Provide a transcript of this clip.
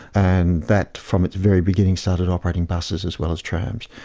and that, from its very beginning, started operating buses as well as trams.